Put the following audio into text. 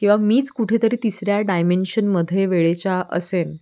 किंवा मीच कुठेतरी तिसऱ्या डायमेंशनमध्ये वेळेच्या असेन